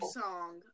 song